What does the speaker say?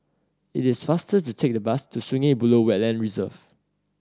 it is faster to take the bus to Sungei Buloh Wetland Reserve